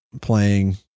playing